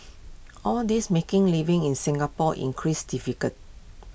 all these making living in Singapore increase difficult